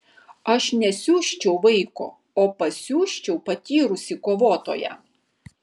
aš nesiųsčiau vaiko o pasiųsčiau patyrusį kovotoją